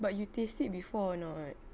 but you tasted before or not